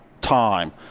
time